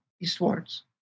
eastwards